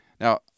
Now